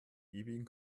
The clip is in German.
ewigen